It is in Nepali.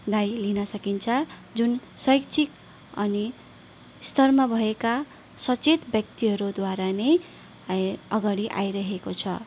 लाई लिन सकिन्छ जुन शैक्षिक अनि स्तरमा भएका सचेत व्यक्तिहरूद्वारा नै अगाडि आइरहेको छ